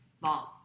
long